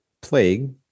plague